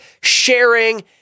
sharing